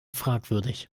fragwürdig